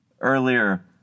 Earlier